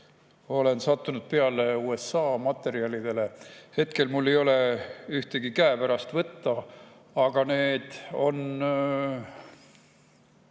olen sattunud peale USA materjalidele. Hetkel mul ei ole ühtegi käepärast, aga need